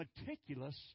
meticulous